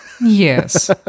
yes